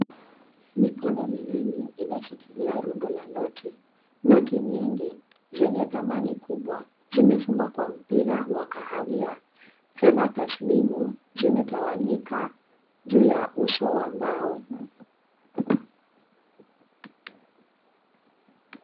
Mikono miwili inashikilia rundo la noti, noti nyingi zenye thamani kubwa. Zimefungwa kwa mpira wa kahawia. Fedha tasilimu zimetawanyika juu ya uso wa mbao.